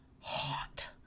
hot